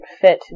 fit